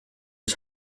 was